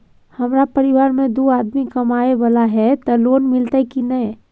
हमरा परिवार में दू आदमी कमाए वाला हे ते लोन मिलते की ने?